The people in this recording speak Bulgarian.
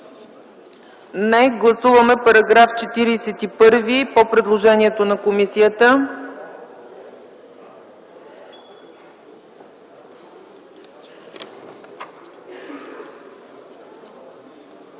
Не. Гласуваме § 41 по предложението на комисията.